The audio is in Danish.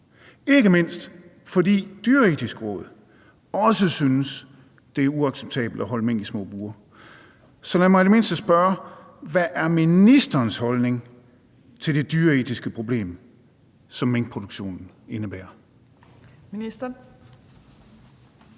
ikke mindst fordi Det Dyreetiske Råd også synes, at det er uacceptabelt at holde mink i små bure. Så lad mig i det mindste spørge: Hvad er ministerens holdning til det dyreetiske problem, som minkproduktionen indebærer?